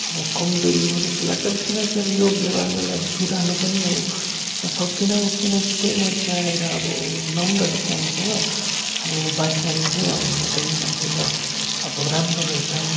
अब कमजोरी हो जस्तो लाग्छ अब किनकि यो व्यवहार मैले अब सुधार्नु पनि अब सक्दिनँ हो किनकि कोही मान्छे आएर अब नम्र रूपमा मसँग अब बात मार्यो भने अब म त यो मान्छे त अब राम्रो रहेछ